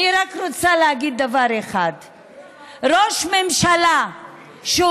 אני רוצה להגיד רק דבר אחד: ראש ממשלה שהוכיח